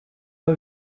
aho